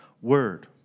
Word